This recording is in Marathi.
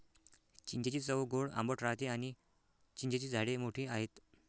चिंचेची चव गोड आंबट राहते आणी चिंचेची झाडे मोठी आहेत